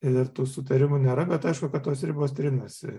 ir tų sutarimų nėra bet aišku kad tos ribos trinasi